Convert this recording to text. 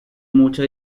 mucha